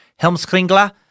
Helmskringla